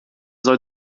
soll